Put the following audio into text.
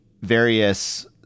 various